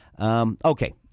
Okay